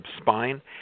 spine